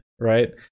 right